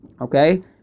okay